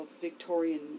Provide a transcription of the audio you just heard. Victorian